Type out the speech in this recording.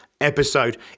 episode